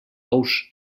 ous